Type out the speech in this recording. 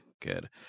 Good